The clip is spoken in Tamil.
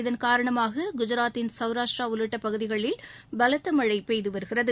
இதன் காரணமாக குஜராத்தின் சவ்ராஷ்ட்ரா உள்ளிட்ட பகுதிகளில் பலத்த மழை பெய்து வருகிறது